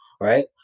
right